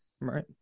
Right